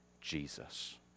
Jesus